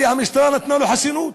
והמשטרה נתנה לו חסינות,